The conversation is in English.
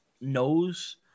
Knows